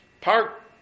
park